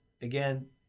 Again